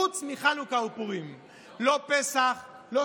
חוץ מחנוכה ופורים, לא פסח, לא